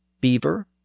beaver